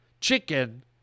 chicken